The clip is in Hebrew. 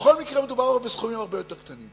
בכל מקרה, מדובר בסכומים הרבה יותר קטנים,